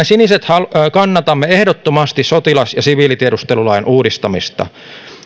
siniset kannatamme ehdottomasti sotilas ja siviilitiedustelulain uudistamista